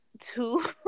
Two